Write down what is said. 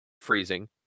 freezing